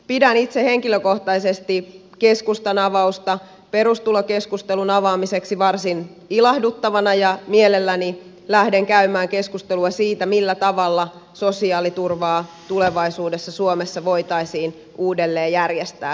pidän itse henkilökohtaisesti keskustan avausta perustulokeskustelun avaamiseksi varsin ilahduttavana ja mielelläni lähden käymään keskustelua siitä millä tavalla sosiaaliturvaa tulevaisuudessa suomessa voitaisiin uudelleen järjestää